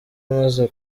amaze